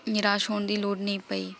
ਨਿਰਾਸ਼ ਹੋਣ ਦੀ ਲੋੜ ਨਹੀਂ ਪਈ